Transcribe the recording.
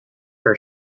her